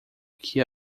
que